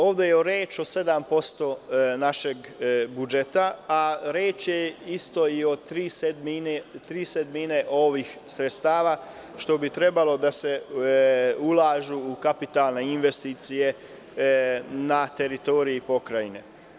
Ovde je reč o 7% našeg budžeta, a reč je isto i o tri sedmine ovih sredstava, što bi trebalo da se ulažu u kapitalne investicije na teritoriji Pokrajine.